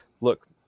look